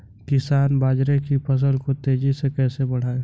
किसान बाजरे की फसल को तेजी से कैसे बढ़ाएँ?